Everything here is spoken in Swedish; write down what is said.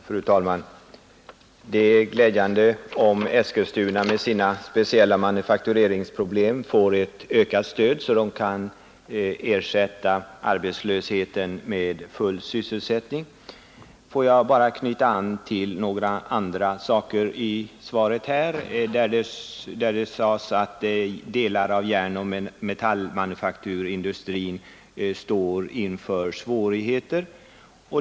Fru talman! Det är glädjande om Eskilstuna med sina speciella manufaktureringsproblem får ett ökat stöd och kan ersätta arbetslösheten med full sysselsättning. Låt mig bara knyta an till några andra saker i svaret, där det sades att delar av järnoch metallmanufakturindustrin står inför svårigheter.